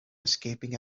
escaping